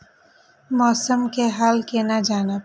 मौसम के हाल केना जानब?